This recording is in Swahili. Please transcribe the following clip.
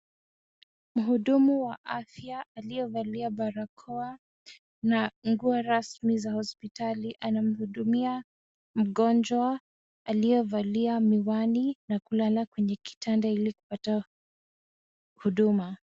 Mhudumu wa afya aliyevalia barakoa na nguo rasmi za hospitali anamhudumia mgonjwa aliyevalia miwani na kulala kwenye kitanda ili kupata huduma.